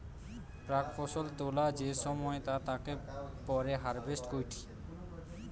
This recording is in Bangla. প্রাক ফসল তোলা যে সময় তা তাকে পরে হারভেস্ট কইটি